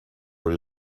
were